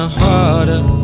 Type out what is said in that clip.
harder